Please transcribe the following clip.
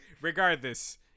regardless